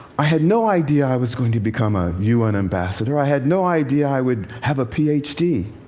i had no idea i was going to become a u n. ambassador. i had no idea i would have a ph d.